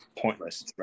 pointless